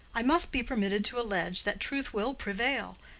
i must be permitted to allege that truth will prevail,